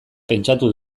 pentsatu